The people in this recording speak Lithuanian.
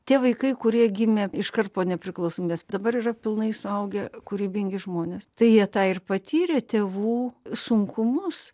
tie vaikai kurie gimė iškart po nepriklausomybės dabar yra pilnai suaugę kūrybingi žmonės tai jie tą ir patyrė tėvų sunkumus